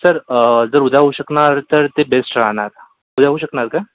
sir जर उद्या होऊ शकणार तर ते बेस्ट राहणार उद्या होऊ शकणार का